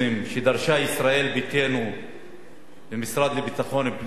שדרשה ישראל ביתנו מהמשרד לביטחון פנים,